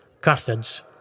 Carthage